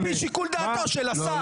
על פי שיקול דעתו של השר.